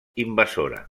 invasora